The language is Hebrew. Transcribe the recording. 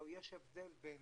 יש הבדל בין